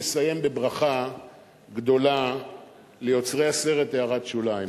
לסיים בברכה גדולה ליוצרי הסרט "הערת שוליים".